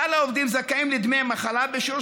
כלל העובדים זכאים לדמי מחלה בשיעור